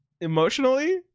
emotionally